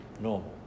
Normal